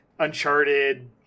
Uncharted